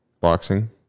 boxing